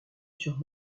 sur